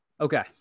Okay